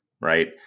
right